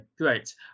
great